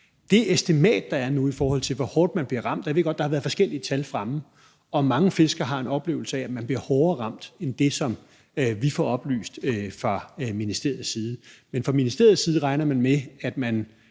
side, i forhold til hvor hårdt man bliver ramt – og jeg ved godt, at der har været forskellige tal fremme, og at mange fiskere har en oplevelse af, at man bliver hårdere ramt end det, som vi får oplyst fra ministeriets side – er, at man regner med, at man